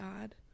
god